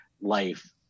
life